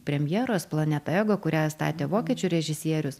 premjeros planeta ego kurią statė vokiečių režisierius